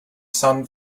sun